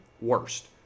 worst